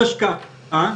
הכלכלה,